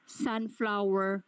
sunflower